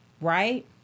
right